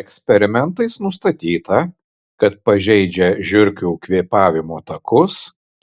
eksperimentais nustatyta kad pažeidžia žiurkių kvėpavimo takus